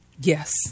Yes